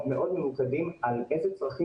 מה זה המושג הזה שנקרא בית ספר בניהול היברידי?